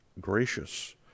gracious